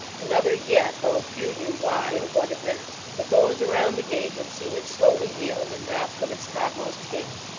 another yet, though few knew why, or what it meant. but those around the gate had seen it slowly yield, and drop from its topmost hinge.